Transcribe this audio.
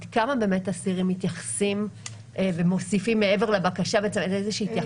עד כמה באמת אסירים מתייחסים ומוסיפים מעבר לבקשה איזושהי התייחסות?